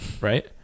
right